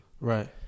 right